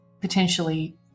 potentially